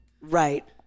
Right